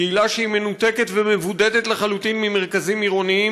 קהילה מנותקת ומבודדת לחלוטין ממרכזים עירוניים,